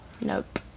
Nope